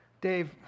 Dave